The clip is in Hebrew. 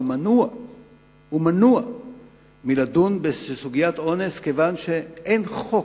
מנוע מלדון בסוגיית אונס מכיוון שאין חוק,